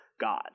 God